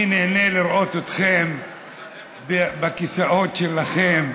אני נהנה לראות אתכם בכיסאות שלכם.